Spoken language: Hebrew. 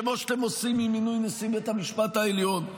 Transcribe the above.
כמו שאתם עושים עם מינוי נשיא בית המשפט העליון,